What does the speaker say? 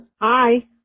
Hi